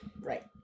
Right